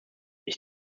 ich